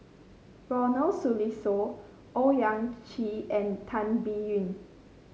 Ronald Susilo Owyang Chi and Tan Biyun